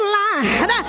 line